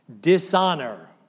dishonor